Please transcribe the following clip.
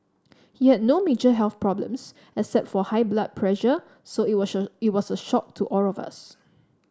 he had no major health problems except for high blood pressure so it it was a shock to all of us